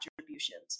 contributions